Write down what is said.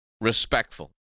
respectful